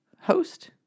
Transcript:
host